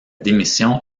démission